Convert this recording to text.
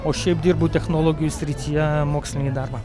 o šiaip dirbu technologijų srityje mokslinį darbą